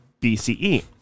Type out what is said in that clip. BCE